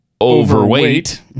overweight